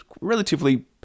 relatively